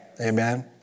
Amen